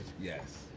Yes